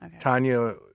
Tanya